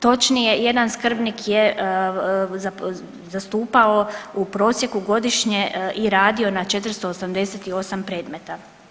Točnije, jedan skrbnik je zastupao u prosjeku godišnje i radio na 488 predmeta.